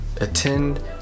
attend